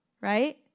right